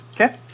Okay